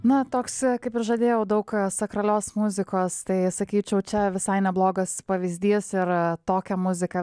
na toks kaip ir žadėjau daug sakralios muzikos tai sakyčiau čia visai neblogas pavyzdys ir tokią muziką